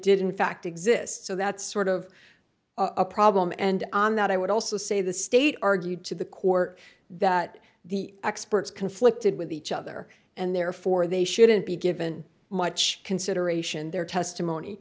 did in fact exist so that's sort of a problem and on that i would also say the state argued to the court that the experts conflicted with each other and therefore they shouldn't be given much consideration their testimony